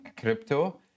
crypto